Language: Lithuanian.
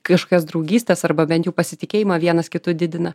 kažkokios draugystės arba bent jau pasitikėjimą vienas kitu didina